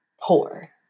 poor